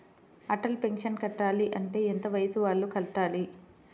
Atal pension కట్టాలి అంటే ఎంత వయసు వాళ్ళు కట్టాలి?